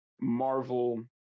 marvel